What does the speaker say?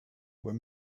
were